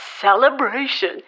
Celebration